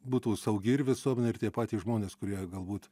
būtų saugi ir visuomenė ir tie patys žmonės kurie galbūt